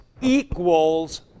equals